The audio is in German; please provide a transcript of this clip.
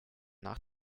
nach